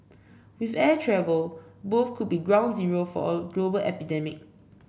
with air travel both could be ground zero for a global epidemic